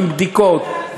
עם בדיקות,